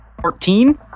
fourteen